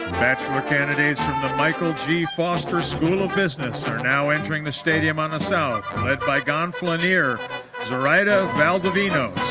bachelor candidates from the michael g. foster school of business are now entering the stadium on the south, led by gonfaloniere zoraida valdovinos.